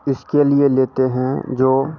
इसके लिए लेते हैं जो